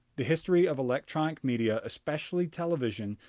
the history of electronic media, especially television,